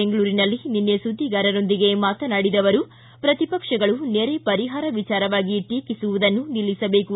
ಬೆಂಗಳೂರಿನಲ್ಲಿ ನಿನ್ನೆ ಸುದ್ದಿಗಾರರೊಂದಿಗೆ ಮಾತನಾಡಿದ ಅವರು ಪ್ರತಿಪಕ್ಷಗಳು ನೆರೆ ಪರಿಹಾರ ವಿಚಾರವಾಗಿ ಟೀಕಿಸುವುದನ್ನು ನಿಲ್ಲಿಸಬೇಕು